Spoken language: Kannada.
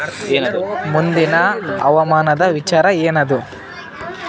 ಮುಂದಿನ ಹವಾಮಾನದ ವಿಚಾರ ಏನದ?